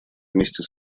вместе